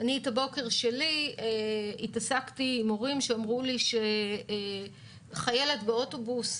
את הבוקר שלי התחלתי עם התעסקות עם הורים שאמרו לי שחיילת באוטובוס